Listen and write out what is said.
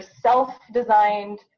self-designed